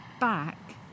back